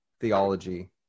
theology